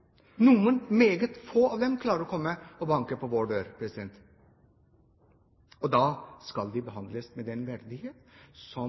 Noen meget få av dem klarer å komme og banke på vår dør, og da skal de